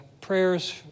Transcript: prayers